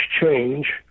change